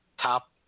top